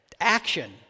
action